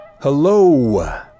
Hello